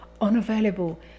unavailable